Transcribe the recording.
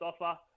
offer